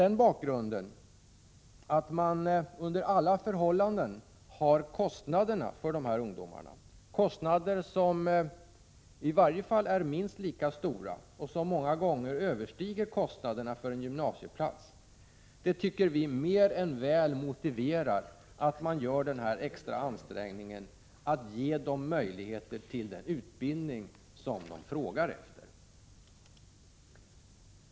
Det faktum att man under alla förhållanden har kostnaderna för dessa ungdomar — kostnader som i varje fall är minst lika stora som och många gånger överstiger kostnaderna för en gymnasieplats — motiverar, tycker vi, mer än väl att man gör denna extra ansträngning att ge dem möjligheter till den utbildning som de frågar efter.